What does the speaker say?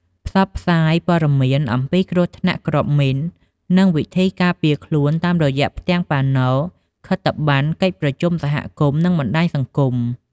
ផ្សព្វផ្សាយព័ត៌មានអំពីគ្រោះថ្នាក់គ្រាប់មីន និងវិធីការពារខ្លួនតាមរយៈផ្ទាំងប៉ាណូ ខិត្តប័ណ្ណ កិច្ចប្រជុំសហគមន៍ និងបណ្ដាញសង្គម។